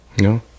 No